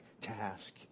task